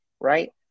right